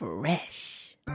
Fresh